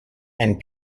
and